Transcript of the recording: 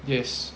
yes